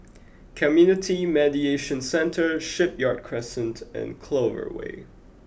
Community Mediation Centre Shipyard Crescent and Clover Way